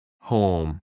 home